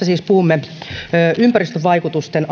siis puhumme ympäristövaikutusten